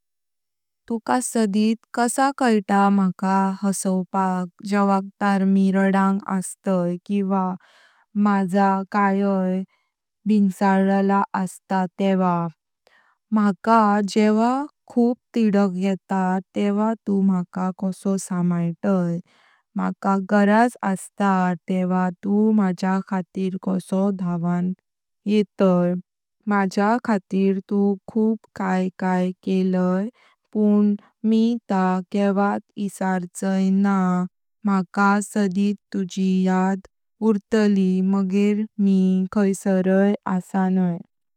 तुक सदीत कसा कैतां मका हसोपाक जेवकतार मी रडांग असतं किवा माज्या कयाय भिंगसाईलला अस्तां तेव्हा। मका जेवा खूब तिडक येता तेव्हा तूं मका कासो समायतां। मका गरज असता तेव्हा तूं माज्या खातीर कासो धांवन येतां। माज्या खातीर तूं खूब काये काये केलां पं मी ता केवट इसारचें ना मका सदीत तुजी याद उतरली मागे मी खैंसराय असानां।